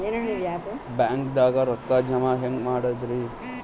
ಬ್ಯಾಂಕ್ದಾಗ ರೊಕ್ಕ ಜಮ ಹೆಂಗ್ ಮಾಡದ್ರಿ?